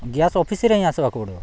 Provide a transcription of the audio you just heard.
gas ଅଫିସ୍ରେ ହିଁ ଆସିବାକୁ ପଡ଼ିବ